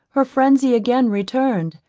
her frenzy again returned,